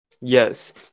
Yes